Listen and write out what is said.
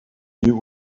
you